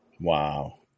Wow